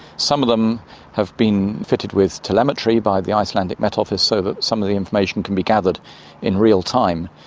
some of them have been fitted with telemetry by the icelandic met office so that some of the information can be gathered in real time.